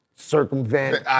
Circumvent